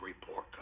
report